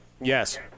Yes